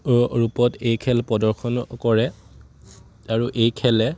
ৰূপত এই খেল প্ৰদৰ্শন কৰে আৰু এই খেলে